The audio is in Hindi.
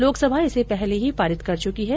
लोकसभा इसे पहले ही पारित कर चुकी है